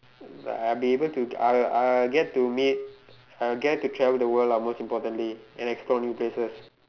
I'll be able to I'll I'll get to meet I'll get to travel the world lah most importantly and explore new places